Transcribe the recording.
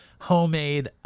homemade